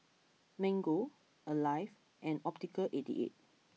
Mango Alive and Optical Eighty Eight